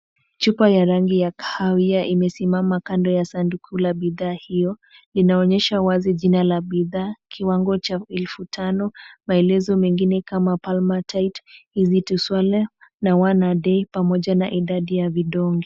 Chupa ya rangi ya kahawia imesimama kando ya sanduku ya bidhaa hiyo. Inaonyesha wazi jina la bidhaa, kiwango cha elfu tano na maelezo mengine kama Palmitate, easy to swallow na One-a-day , pamoja na idadi ya vidonge.